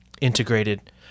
integrated